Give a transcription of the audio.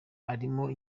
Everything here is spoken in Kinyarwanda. arimo